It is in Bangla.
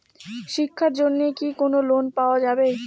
শিক্ষার জন্যে কি কোনো লোন পাওয়া যাবে?